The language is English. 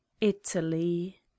Italy